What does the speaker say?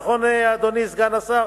נכון, אדוני סגן השר?